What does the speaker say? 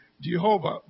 Jehovah